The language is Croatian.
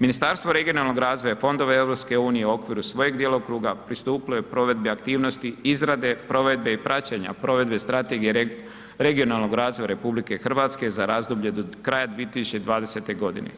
Ministarstvo regionalnoga razvoja i fondova EU u okviru svojeg djelokruga pristupilo je provedbi aktivnosti izrade, provede i praćenja provedbe strategije regionalnog razvoja RH za razdoblje do kraja 2020. godine